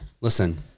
Listen